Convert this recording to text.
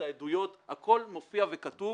את העדויות - הכול מופיע וכתוב.